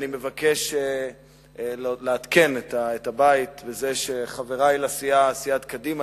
אני מבקש לעדכן את הבית בזה שחברי לסיעת קדימה